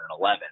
2011